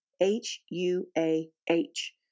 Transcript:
H-U-A-H